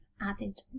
added